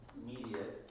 immediate